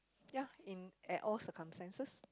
ya in at all circumstances